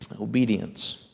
Obedience